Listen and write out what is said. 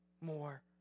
more